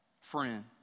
friend